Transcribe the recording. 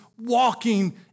walking